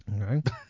okay